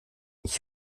ich